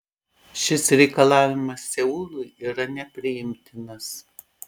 šis reikalavimas seului yra nepriimtinas